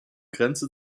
grenze